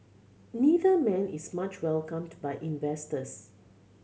neither man is much welcomed by investors